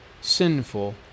sinful